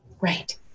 Right